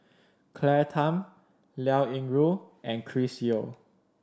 Claire Tham Liao Yingru and Chris Yeo